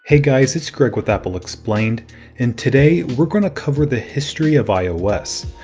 hey guys, it's greg with apple explained and today we're going to cover the history of ios.